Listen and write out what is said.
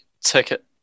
ticket